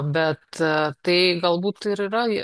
bet tai galbūt ir yra